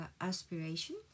aspiration